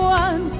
one